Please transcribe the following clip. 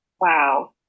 Wow